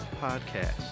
Podcast